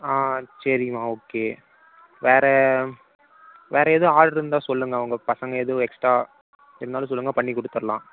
ஆ சரிங்கம்மா ஓகே வேறு வேறு எதுவும் ஆட்ரு இருந்தால் சொல்லுங்கள் உங்கள் பசங்க எதுவும் எக்ஸ்ட்ரா இருந்தாலும் சொல்லுங்கள் பண்ணி கொடுத்துட்லாம்